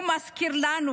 הוא מזכיר לנו